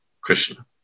Krishna